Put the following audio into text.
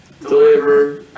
deliver